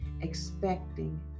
expecting